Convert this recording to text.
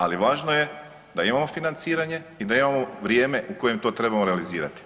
Ali važno je da imamo financiranje i da imamo vrijeme u kojem to trebamo realizirati.